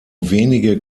wenige